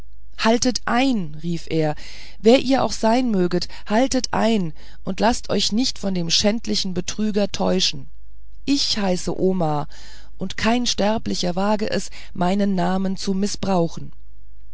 haltet ein rief er wer ihr auch sein möget haltet ein und laßt euch nicht von dem schändlichsten betrüger täuschen ich heiße omar und kein sterblicher wage es meinen namen zu mißbrauchen